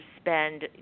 spend